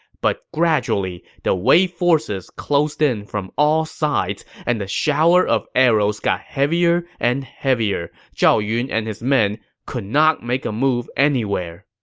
but gradually, the wei forces closed in from all sides, and the shower of arrows got heavier and heavier. zhao yun and his men could not make a move anywhere.